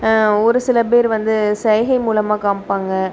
ஒரு சில பேர் வந்து செய்கை மூலமாக காமிப்பாங்க